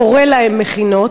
קורא להן מכינות.